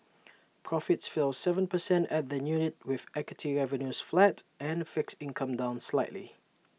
profits fell Seven percent at the unit with equity revenues flat and fixed income down slightly